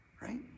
Right